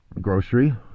grocery